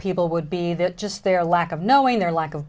people would be that just their lack of knowing their lack of